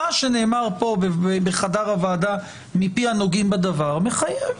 מה שנאמר פה בחדר הוועדה מפי הנוגעים בדבר מחייב,